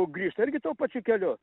grįžta irgi tuo pačiu keliu